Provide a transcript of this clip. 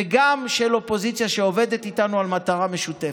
וגם של אופוזיציה, שעובדת איתנו על מטרה משותפת.